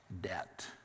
debt